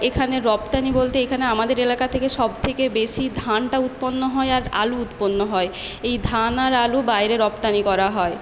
এখানে রপ্তানি বলতে এখানে আমাদের এলাকা থেকে সবথেকে বেশি ধানটা উৎপন্ন হয় আর আলু উৎপন্ন হয় এই ধান আর আলু বাইরে রপ্তানি করা হয়